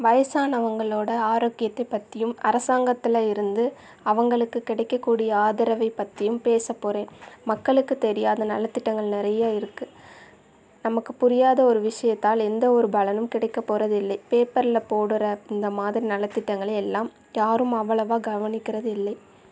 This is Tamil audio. வயசானவங்களோட ஆரோக்கியத்தைப் பற்றியும் அரசாங்கத்துல இருந்து அவங்களுக்கு கிடைக்கக் கூடிய ஆதரவைப் பற்றியும் பேசப் போகிறேன் மக்களுக்கு தெரியாத நலத்திட்டங்கள் நிறையா இருக்குது நமக்கு புரியாத ஒரு விஷயத்தால் எந்தவொரு பலனும் கிடைக்கப் போகிறது இல்லை பேப்பர்ல போடுகிற இந்த மாதிரி நலத்திட்டங்களை எல்லாம் யாரும் அவ்வளவாக கவனிக்கறது இல்லை